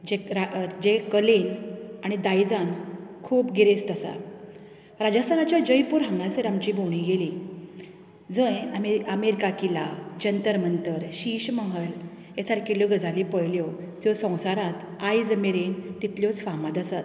जे कलेन आनी दायजान खूब गिरेस्त आसा राजस्थानाच्या जयपूर हांगा आमची भोवंडी गेली जंय आमी आमीर का किल्ला जंतर मंतर शिश महाल हे सारकेल्यो गजाली पळयल्यो त्यो संवसारांत आयज मेरेन तितल्योच फामाद आसात